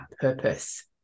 purpose